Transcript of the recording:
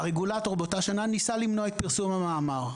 הרגולטור באותה שנה ניסה למנוע את פרסום המאמר,